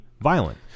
violent